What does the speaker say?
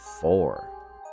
four